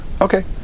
okay